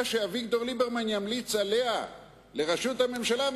שאביגדור ליברמן ימליץ עליה לראשות הממשלה.